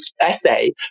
essay